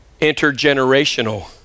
intergenerational